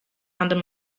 under